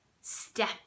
step